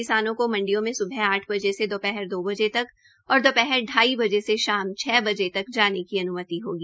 किसानों को मंडियों में स्बह आठ बजे से दोपहर दो बजे तक और दोपहर ढाई बजे से शाम छ बजे तक जाने की अन्मति होगी